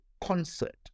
concert